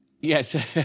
Yes